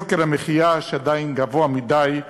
יוקר המחיה, שעדיין גבוה מדי,